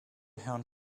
herrn